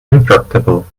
intractable